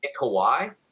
Kawhi